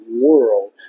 World